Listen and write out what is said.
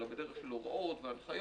אלא בדרך של הוראות והנחיות,